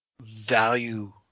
value